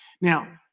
Now